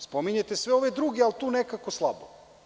Spominjete sve ove druge, ali tu nekako slabo.